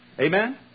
Amen